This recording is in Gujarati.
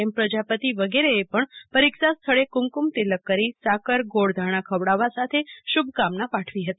એમ પ્રજાપતિ વગેરેએ પણ પરીક્ષાર્થીઓનું કુમકુમ તિલક કરી સાકાર ગોળધાણા ખવડાવવ સાથે શુભકામના પાઠવી હતી